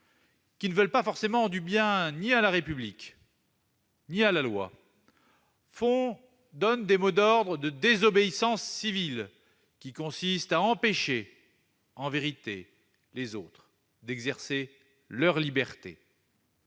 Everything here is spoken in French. qui ne veulent pas forcément du bien à la République ni à la loi, donnent des mots d'ordre de désobéissance civile consistant, en vérité, à empêcher les autres d'exercer leurs libertés.